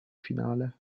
finale